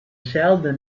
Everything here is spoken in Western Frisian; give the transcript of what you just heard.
deselde